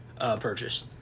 purchase